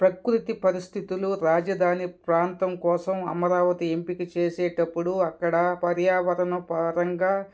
ప్రకృతి పరిస్థితులు రాజధాని ప్రాంతం కోసం అమరావతి ఎంపిక చేసేటప్పుడు అక్కడ పర్యావరణపరంగా